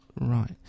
Right